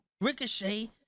Ricochet